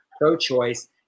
pro-choice